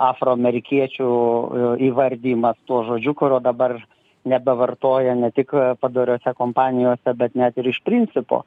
afroamerikiečių įvardijimas tuo žodžiu kurio dabar nebevartoja ne tik padoriose kompanijose bet net ir iš principo